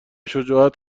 شجاعت